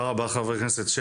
בכדורגל, של חבר הכנסת רם